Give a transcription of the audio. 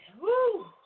Woo